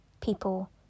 People